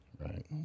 right